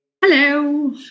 Hello